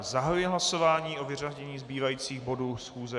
Zahajuji hlasování o vyřazení zbývajících bodů schůze.